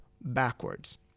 backwards